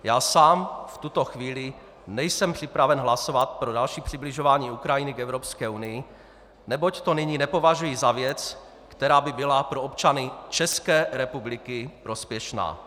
Já sám v tuto chvíli nejsem připraven hlasovat pro další přibližování Ukrajiny k Evropské unii, neboť to nyní nepovažuji za věc, která by byla pro občany České republiky prospěšná.